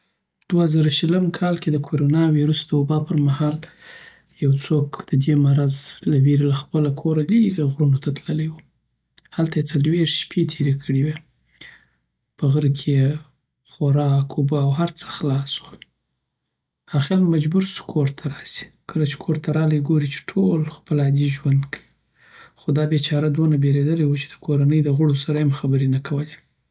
دوه زره شلم کال کې د کرونا ویروس د وبا پرمهال یو څوک د دی مرض له ویری له خپل کوره لری غرونو ته تللی وو. هلته یی څلویښت شپی تیری کړی وی. په غره کی یی خورک اوبه او هرڅه خلاص سول. اخر مجبور سو کورته راسی. کله چی کورته رالی ګوری چی ټول خپل عادی ژوند کوی خو دا بیچاره دونه بیریدلی وو چی د کورنی له غړو سره یی خبر هم نه کولی.